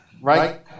right